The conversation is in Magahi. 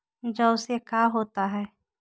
जौ से का होता है?